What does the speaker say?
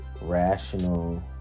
rational